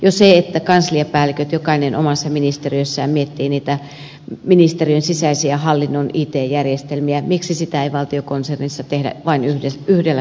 jo se että kansliapäälliköt jokainen omassa ministeriössään miettivät niitä ministeriön sisäisiä hallinnon it järjestelmiä miksi sitä ei valtiokonsernissa tehdä vain yhdellä taholla